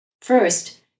First